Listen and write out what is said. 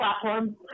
platform